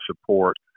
support